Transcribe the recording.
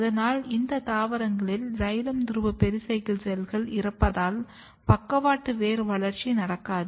ஆதலால் இந்த தாவரங்களில் சைலம் துருவ பெரிசைக்கிள் செல்கள் இறப்பதால் பக்கவாட்டு வேர் வளர்ச்சி நடக்காது